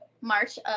March